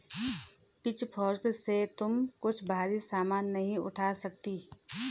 pitchfork से तुम कुछ भारी सामान नहीं उठा सकती